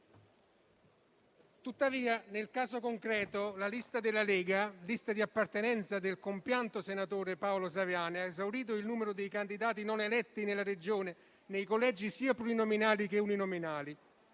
Tuttavia, nel caso concreto, la lista della Lega - lista di appartenenza del compianto senatore Paolo Saviane - ha esaurito il numero dei candidati non eletti nella Regione nei collegi sia plurinominali che uninominali;